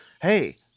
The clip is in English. Hey